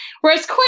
Whereas